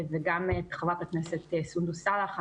וגם את חברת הכנסת סונדוס סאלח.